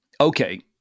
Okay